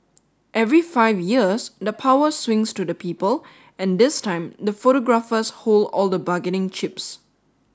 every five years the power swings to the people and this time the photographers hold all the bargaining chips